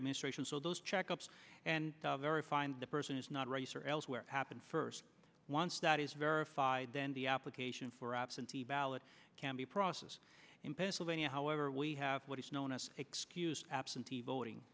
mission so those check ups and the very find the person is not race or elsewhere happen first once that is verified then the application for absentee ballot can be process in pennsylvania however we have what is known as excuse absentee voting